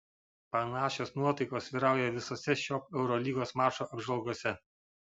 panašios nuotaikos vyrauja visose šio eurolygos mačo apžvalgose